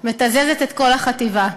מתזזת את כל החטיבה.